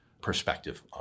perspective